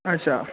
अच्छा